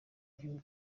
gihugu